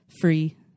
free